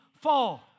fall